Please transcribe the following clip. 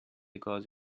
گاز